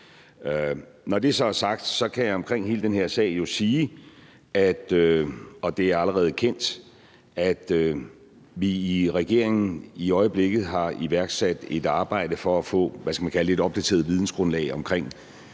Når det så er sagt, kan jeg om hele den her sag jo sige, at vi i regeringen, og det er allerede kendt, i øjeblikket har iværksat et arbejde for at få et opdateret vidensgrundlag om